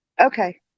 okay